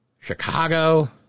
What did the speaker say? Chicago